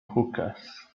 hookahs